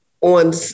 on